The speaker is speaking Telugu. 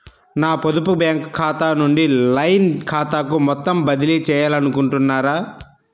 నా పొదుపు బ్యాంకు ఖాతా నుంచి లైన్ ఖాతాకు మొత్తం బదిలీ చేయాలనుకుంటున్నారా?